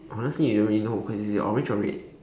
honestly you already know so is it orange or red